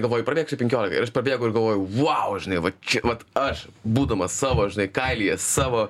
galvoju prabėgsiu penkiolika ir aš prabėgau ir galvojau vau žinai vat čia vat aš būdamas savo kailyje savo